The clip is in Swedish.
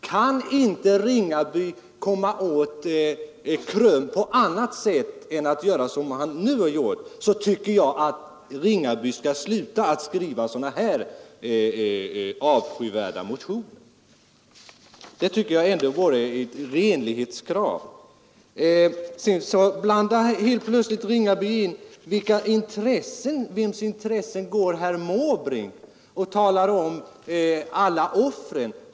Kan inte herr Ringaby komma åt KRUM på annat sätt än genom att göra som han nu har gjort, så tycker jag att herr Ringaby skall sluta att skriva sådana här avskyvärda motioner. Det tycker jag ändå vore ett renlighetskrav. Helt plötsligt blandar herr Ringaby in frågan: ”Vems intresse värnar herr Måbrink?” Och han talar om alla offren.